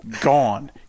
gone